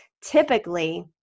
typically